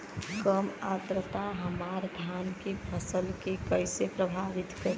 कम आद्रता हमार धान के फसल के कइसे प्रभावित करी?